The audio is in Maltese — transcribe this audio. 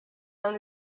dawn